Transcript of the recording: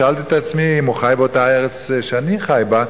שאלתי את עצמי אם הוא חי באותה ארץ שאני חי בה,